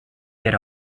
get